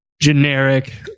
generic